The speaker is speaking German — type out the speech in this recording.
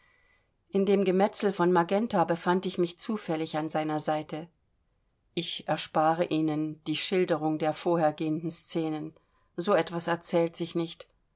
in dem gemetzel von magenta befand ich mich zufällig an seiner seite ich erspare ihnen die schilderung der vorhergehenden szenen so etwas erzählt sich nicht